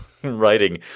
Writing